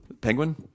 Penguin